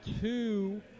two